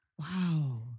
wow